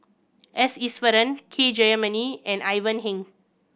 S Iswaran K Jayamani and Ivan Heng